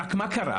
רק מה קרה,